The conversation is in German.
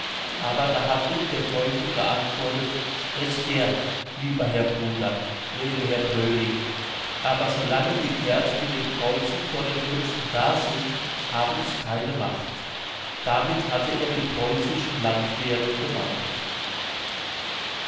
aber da hat ihm der teufel geantwortet recht gern lieber herr bruder leeve heer bröding aber so lange die kerls mit den kreuzen vor den köpfen da sind habe ich keine macht damit hatte er die preußischen landwehren gemeint